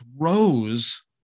throws